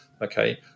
okay